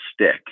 stick